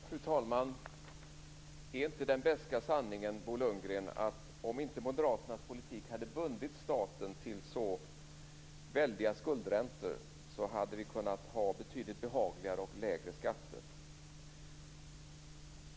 Fru talman! Är inte den beska sanningen, Bo Lundgren, att om inte Moderaternas politik hade bundit staten till så väldiga skuldräntor hade vi kunnat ha betydligt behagligare och lägre skatter?